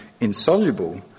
insoluble